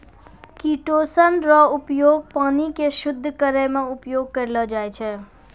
chitosan रो उपयोग पानी के शुद्ध करै मे उपयोग करलो जाय छै